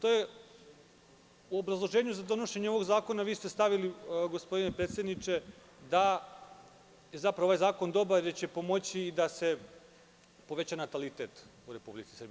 U obrazloženju za donošenje ovog zakona vi ste stavili, gospodine predsedniče, da je zapravo ovaj zakon dobar i da će pomoći da se poveća natalitet u Republici Srbiji.